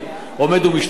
עומד ומשתאה.